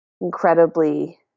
incredibly